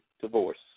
divorce